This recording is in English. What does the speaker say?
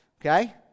Okay